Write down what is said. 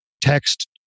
text